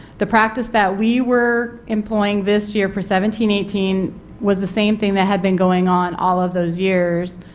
the practice that we were employing this year for seventeen eighteen was the same thing that had been going on all of those years,